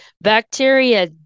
bacteria